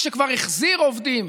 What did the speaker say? מנת להגביר את התחרות במשק.